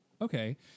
okay